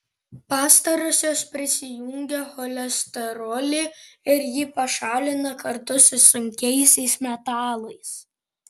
pastarosios prisijungia cholesterolį ir jį pašalina kartu su sunkiaisiais metalais